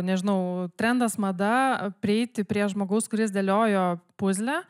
nežinau trendas mada prieiti prie žmogaus kuris dėliojo puzlę